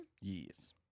Yes